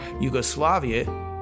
Yugoslavia